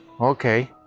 Okay